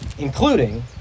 including